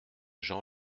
jean